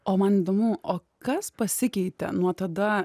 o man įdomu o kas pasikeitė nuo tada